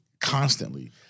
constantly